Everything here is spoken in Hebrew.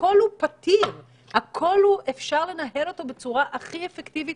הכול פתיר ואפשר לנהל הכול בצורה אפקטיבית